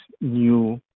new